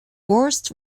worst